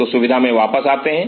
तो सुविधा में वापस से आते हैं